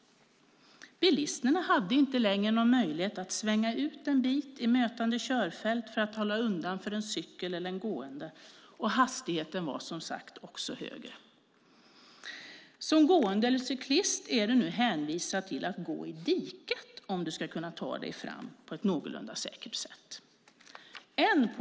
Bilisterna hade nämligen inte längre någon möjlighet att svänga ut en bit i mötande körfält för att hålla undan för en cyklist eller en gående, och hastigheten var, som sagt, också högre. Som gående eller cyklist är man nu hänvisad att gå i diket för att på ett någorlunda säkert sätt kunna ta sig fram.